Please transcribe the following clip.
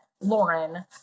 lauren